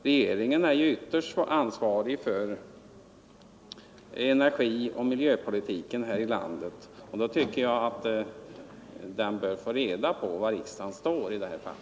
Regeringen är ju ytterst ansvarig för energioch miljöpolitiken här i landet, och då tycker jag att den bör få reda på var riksdagen står i detta fall.